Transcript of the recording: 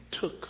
took